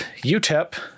UTEP